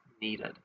needed